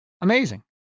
amazing